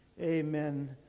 Amen